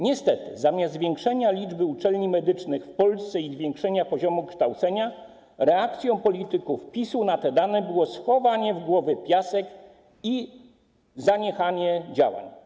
Niestety, zamiast zwiększenia liczby uczelni medycznych w Polsce i zwiększenia poziomu kształcenia, reakcją polityków PiS-u na te dane było schowanie głowy w piasek i zaniechanie działań.